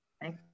Thank